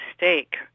mistake